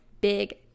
big